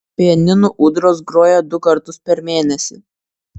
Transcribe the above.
pianinu ūdros groja du kartus per mėnesį